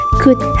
good